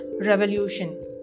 revolution